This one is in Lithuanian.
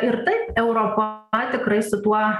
ir taip europa tikrai su tuo